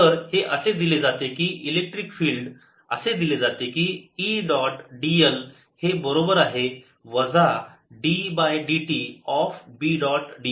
तर हे असे दिले जाते की इलेक्ट्रिक फिल्ड असे दिले जाते की E डॉट dl हे बरोबर आहे वजा d by dt of B dot ds